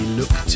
look